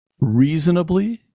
reasonably